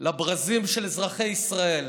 לברזים של אזרחי ישראל?